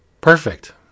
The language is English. Perfect